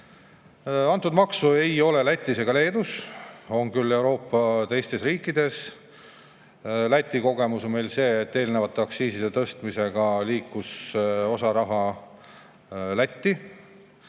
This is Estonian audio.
Antud maksu ei ole Lätis ega Leedus, see on küll Euroopa teistes riikides. Läti kogemus on see, et eelnevate aktsiisitõstmistega liikus meilt osa raha Lätti,